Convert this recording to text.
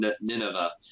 Nineveh